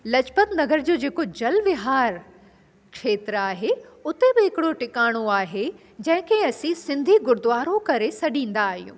लाजपत नगर जो जेको जल विहार क्षेत्र आहे उते बि हिकिड़ो टिकाणो आहे जंहिंखे असीं सिंधी गुरुद्वारो करे सॾींदा आहियूं